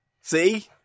See